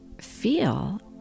feel